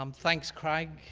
um thanks, craig.